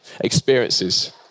experiences